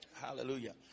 Hallelujah